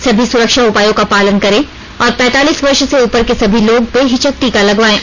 सभी सुरक्षा उपायों का पालन करें और पैंतालीस वर्ष से उपर के सभी लोग बेहिचक टीका लगवायें